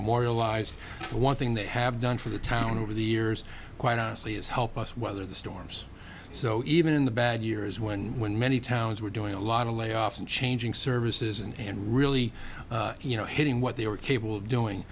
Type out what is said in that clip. realize one thing they have done for the town over the years quite honestly is help us weather the storms so even in the bad years when when many towns were doing a lot of layoffs and changing services and really you know hitting what they were capable of doing